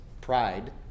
pride